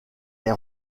est